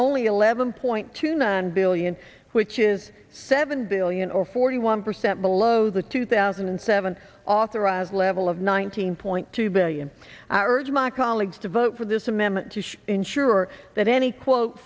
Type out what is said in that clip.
only eleven point two nine billion which is seven billion or forty one percent below the two thousand and seven authorized level of one thousand nine hundred two billion hours my colleagues to vote for this amendment to ensure that any quote